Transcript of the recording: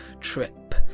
trip